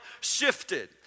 shifted